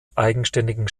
eigenständigen